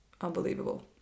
unbelievable